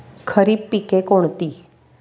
खरीप पिके कोणती?